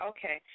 Okay